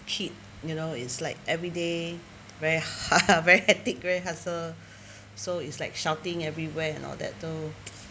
kid you know it's like everyday very ha~ very hectic very hassle so it's like shouting everywhere and all that so